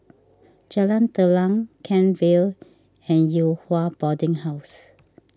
Jalan Telang Kent Vale and Yew Hua Boarding House